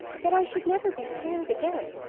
that i should never be scared again,